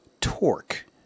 torque